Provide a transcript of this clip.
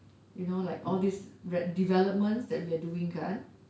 you know like all these developments that we are doing kan